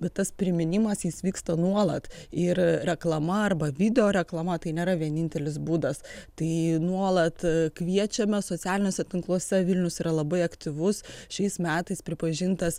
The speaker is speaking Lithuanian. bet tas priminimas jis vyksta nuolat ir reklama arba video reklama tai nėra vienintelis būdas tai nuolat kviečiame socialiniuose tinkluose vilnius yra labai aktyvus šiais metais pripažintas